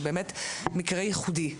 זה באמת מקרה ייחודי,